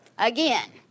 Again